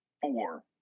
four